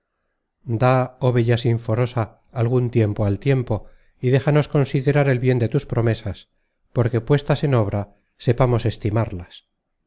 search generated at forosa algun tiempo al tiempo y déjanos considerar el bien de tus promesas porque puestas en obra sepamos estimarlas